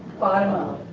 bottom up.